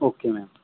okay ma'am